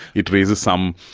it raises some,